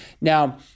Now